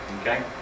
Okay